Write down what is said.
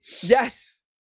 Yes